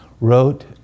wrote